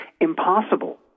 impossible